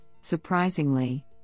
surprisingly